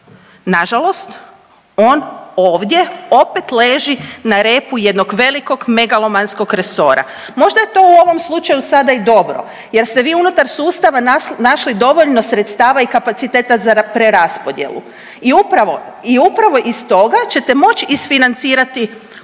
nažalost on ovdje opet leži na repu jednog velikog megalomanskog resora. Možda je to u ovom slučaju sada i dobro jer ste vi unutar sustava našli dovoljno sredstava i kapaciteta za preraspodjelu i upravo i upravo iz toga ćete moć isfinancirati ove